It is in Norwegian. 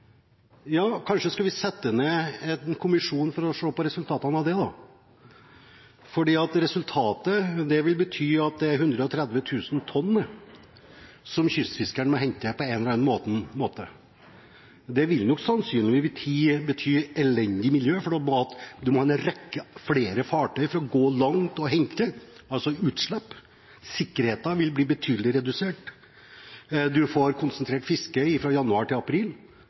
Ja, kanskje vi skal sette ned en kommisjon for å se på resultatene av det. For resultatet vil bli at det er 130 000 tonn som kystfiskerne må hente på en eller annen måte. Det vil nok sannsynligvis bety elendig miljø, for man må ha en mengde flere fartøy for å gå langt og hente – altså utslipp. Sikkerheten vil bli betydelig redusert. Man får konsentrert fisket fra januar til april,